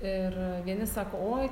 ir vieni sako oi